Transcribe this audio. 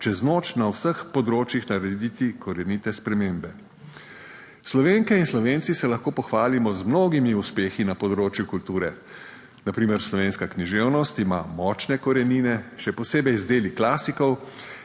čez noč, na vseh področjih narediti korenite spremembe. Slovenke in Slovenci se lahko pohvalimo z mnogimi uspehi na področju kulture. Na primer slovenska književnost ima močne korenine, še posebej z deli klasikov,